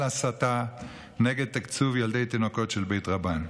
הסתה נגד תקצוב ילדי תינוקות של בית רבן.